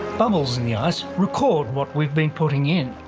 bubbles in the ice record what we've been putting in,